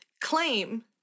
claim